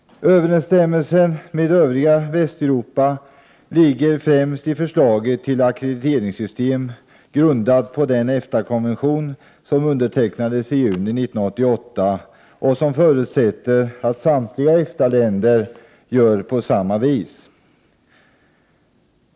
Överensstämmelsen med övriga Västeuropa ligger främst i förslaget till ackrediteringssystem, grundat på den EFTA-konvention som undertecknades i juni 1988 och som förutsätter att samtliga EFTA-länder gör på samma vis.